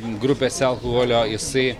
grupėse alkoholio jisai